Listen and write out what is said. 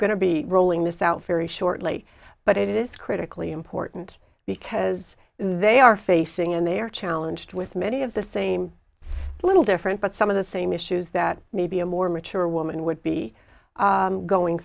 to be rolling this out very shortly but it is critically important because they are facing and they are challenged with many of the same little different but some of the same issues that maybe a more mature woman would be going